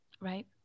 Right